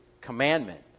commandment